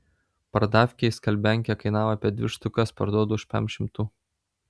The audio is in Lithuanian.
pardavkėj skalbiankė kainavo apie dvi štukas parduodu už pem šimtų